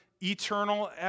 eternal